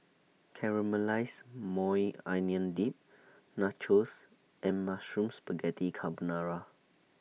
Caramelized Maui Onion Dip Nachos and Mushroom Spaghetti Carbonara